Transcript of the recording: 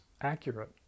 accurate